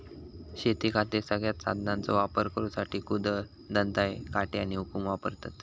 शेतीखातीर सगळ्यांत साधनांचो वापर करुसाठी कुदळ, दंताळे, काटे आणि हुकुम वापरतत